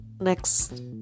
next